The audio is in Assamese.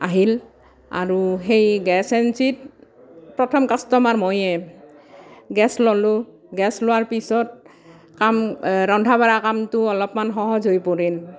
আহিল আৰু সেই গেছ এজেন্সিত প্ৰথম কাষ্টমাৰ ময়েই গেছ ল'লোঁ গেছ লোৱাৰ পিছত কাম ৰন্ধা বঢ়া কামটো অলপমান সহজ হৈ পৰিল